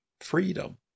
freedom